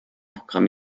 programm